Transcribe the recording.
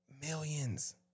millions